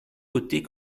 côtés